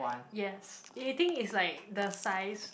yes eating is like the size